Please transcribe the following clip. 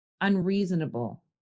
unreasonable